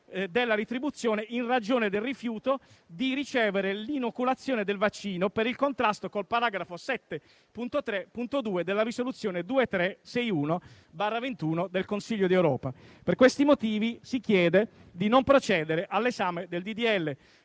della retribuzione in ragione del rifiuto di ricevere l'inoculazione del vaccino per il contrasto con il paragrafo 7.3.2 della risoluzione n. 2361/21 del Consiglio d'Europa. Per questi motivi si chiede di non procedere all'esame del